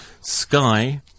Sky